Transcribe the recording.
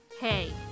Hey